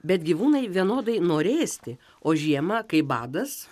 bet gyvūnai vienodai nori ėsti o žiema kaip badas